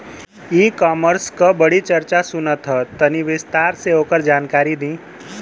E commerce क बड़ी चर्चा सुनात ह तनि विस्तार से ओकर जानकारी दी?